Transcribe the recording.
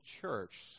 church